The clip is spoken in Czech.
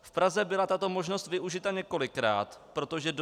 V Praze byla tato možnost využita několikrát, protože do